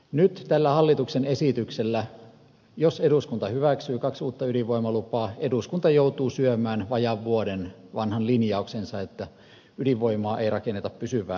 nyt tällä hallituksen esityksellä jos eduskunta hyväksyy kaksi uutta ydinvoimalupaa eduskunta joutuu syömään vajaan vuoden vanhan linjauksensa että ydinvoimaa ei rakenneta pysyvää vientiä varten